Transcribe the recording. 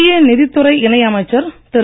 மத்திய நிதித்துறை இணை அமைச்சர் திரு